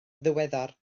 ddiweddar